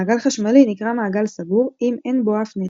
מעגל חשמלי נקרא מעגל סגור אם אין בו אף נתק.